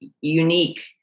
unique